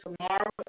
tomorrow